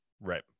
right